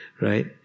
right